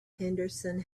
henderson